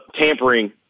tampering